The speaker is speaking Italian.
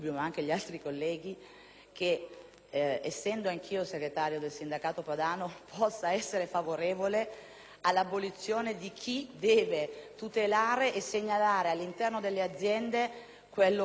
che, essendo anche segretario del Sindacato padano, io possa essere favorevole all'abolizione della figura che deve tutelare e segnalare all'interno delle aziende quello che non funziona.